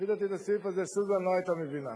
לפי דעתי, את הסעיף הזה סוזן לא היתה מבינה.